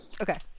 Okay